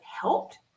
helped